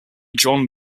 john